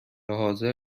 حاضر